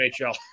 NHL